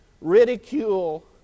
ridicule